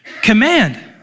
command